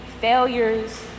failures